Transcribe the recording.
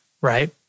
right